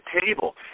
table